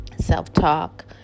self-talk